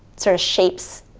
sort of shapes